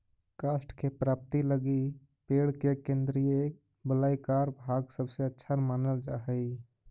काष्ठ के प्राप्ति लगी पेड़ के केन्द्रीय वलयाकार भाग सबसे अच्छा मानल जा हई